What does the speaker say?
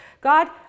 God